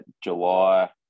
July